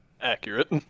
Accurate